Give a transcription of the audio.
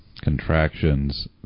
contractions